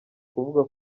kuvuga